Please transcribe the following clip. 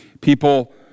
People